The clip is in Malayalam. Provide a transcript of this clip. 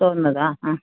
തോന്നുന്നത് അ ആ ആ